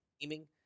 gaming